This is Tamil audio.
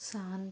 சாந்தி